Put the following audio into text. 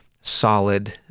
solid